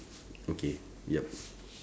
okay yup